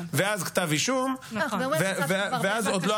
לפעול על פי שלושה עקרונות